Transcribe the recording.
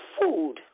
food